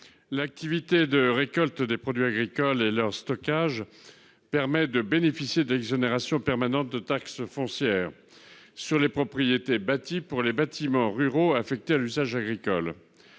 L'activité de récolte de produits agricoles et leur stockage permet de bénéficier d'une exonération permanente de taxe foncière sur les propriétés bâties (TFPB) pour les bâtiments ruraux affectés à l'usage agricole.